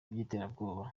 by’iterabwoba